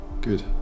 Good